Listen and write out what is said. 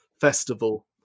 Festival